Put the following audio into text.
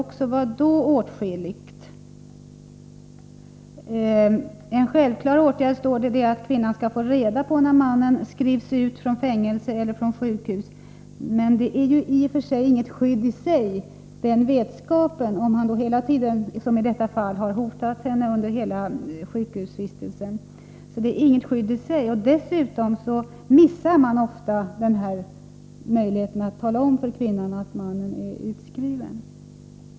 Vad avses med ”åtskilligt”? Justitieministern anser också att det är självklart att kvinnan skall få reda på när mannen skrivs ut från fängelse eller sjukhus. Men den vetskapen är ju inget skydd i sig om mannen — som i det aktuella fallet — har hotat kvinnan under hela anstaltsvistelsen. Dessutom missar man ofta möjligheten att tala om för kvinnan, att mannen är utskriven.